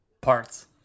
parts